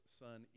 son